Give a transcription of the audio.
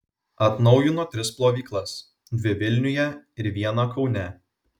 atnaujino tris plovyklas dvi vilniuje ir vieną kaune